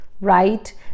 right